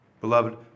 Beloved